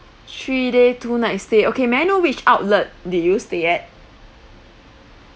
three day two night stay okay may I know which outlet did you stay at